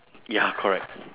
ya correct